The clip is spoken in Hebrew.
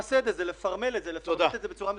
למסד את זה, לפרמל את זה בצורה מסודרת.